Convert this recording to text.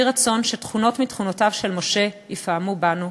יהי רצון שתכונות מתכונותיו של משה יפעמו בנו,